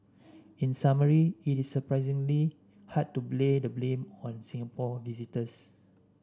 in summary it is surprisingly hard to lay the blame on Singapore visitors